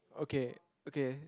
okay